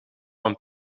een